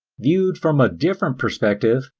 viewed from a different perspective,